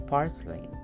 Parsley